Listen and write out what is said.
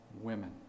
women